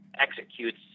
executes